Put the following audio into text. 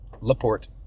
Laporte